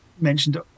mentioned